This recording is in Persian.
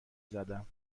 زدم